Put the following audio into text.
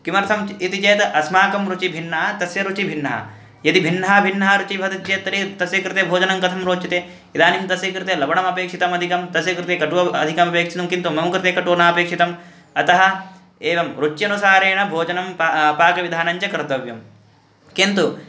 किमर्थं च इति चेत् अस्माकं रुचिर्भिन्ना तस्य रुचिर्भिन्ना यदि भिन्ना भिन्ना रुचिः भवति चेत् तर्हि तस्य कृते भोजनं कथं रोचते इदानीं तस्य कृते लवणम् अपेक्षितम् अधिकं तस्य कृते कटुः अधिकः अपेक्षितः किन्तु मम कृते कटुः नापेक्षितः अतः एवं रुच्यनुसारेण भोजनं पाकं पाकविधानं च कर्तव्यं किन्तु